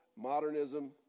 Modernism